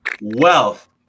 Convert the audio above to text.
Wealth